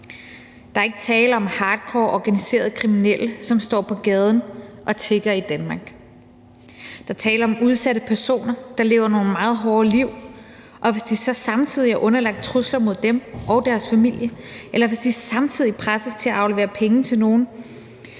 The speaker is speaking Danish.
Der er ikke tale om hardcore organiserede kriminelle, som står på gaden og tigger i Danmark. Der er tale om udsatte personer, der lever nogle meget hårde liv, og hvis de så samtidig er underlagt trusler mod dem og deres familie, eller hvis de samtidig presses til at aflevere penge til nogen,